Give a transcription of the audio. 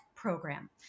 Program